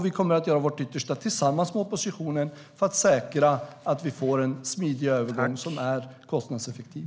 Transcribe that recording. Vi kommer att tillsammans med oppositionen göra vårt yttersta för att säkra en smidig övergång som är kostnadseffektiv.